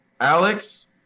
Alex